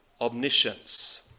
omniscience